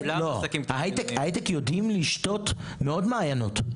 ההייטק יודעים לשתות מעוד מעיינות,